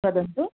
वदन्तु